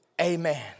Amen